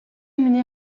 миний